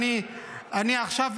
עכשיו,